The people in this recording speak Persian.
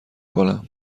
کنم